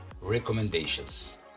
Recommendations